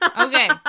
Okay